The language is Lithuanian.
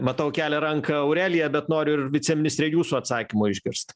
matau kelią ranka aurelija bet noriu ir viceministre jūsų atsakymo išgirst